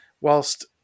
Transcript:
whilst